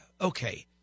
Okay